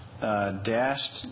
Dashed